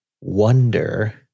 wonder